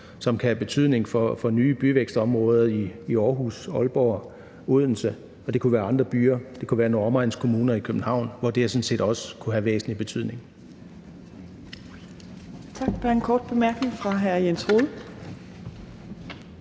som kan have betydning for nye byvækstområder i Aarhus, Aalborg og Odense. Det kunne også være andre byer, og det kunne være nogle omegnskommuner i København, hvor det her sådan set også kunne have væsentlig betydning.